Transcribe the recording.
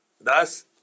Thus